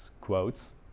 quotes